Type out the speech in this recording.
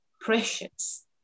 precious